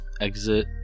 exit